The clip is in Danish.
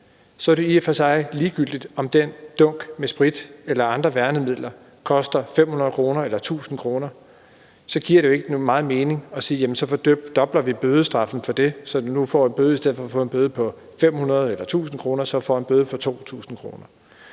Så er det jo i og for sig ligegyldigt, om den dunk med sprit eller andre værnemidler koster 500 kr. eller 1.000 kr. Så giver det jo egentlig meget mening at sige, at så fordobler vi bødestraffen for det, så man nu i stedet for at få en bøde på 500 kr. eller 1.000 kr. får en bøde på 2.000 kr.